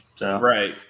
Right